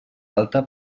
alta